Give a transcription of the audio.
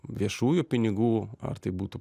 viešųjų pinigų ar tai būtų